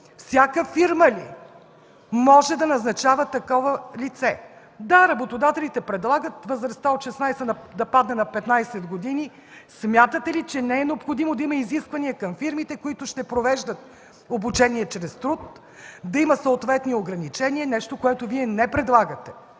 Всяка фирма ли може да назначава такова лице? Да, работодателите предлагат възрастта от 16 години да падне на 15 години, смятате ли, че не е необходимо да има изисквания към фирмите, които ще провеждат обучение чрез труд, да има съответни ограничения? Това е нещо, което Вие не предлагате